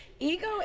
Ego